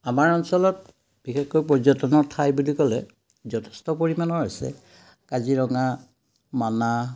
আমাৰ অঞ্চলত বিশেষকৈ পৰ্যটনৰ ঠাই বুলি ক'লে যথেষ্ট পৰিমাণৰ আছে কাজিৰঙা মানাহ